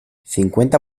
cincuenta